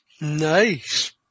Nice